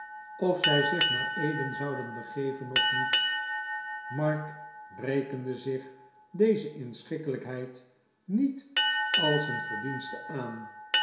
of zij zich naar eden zouden begeven of niet mark rekende zich deze inschikkelijkheid niet als een verdienste aan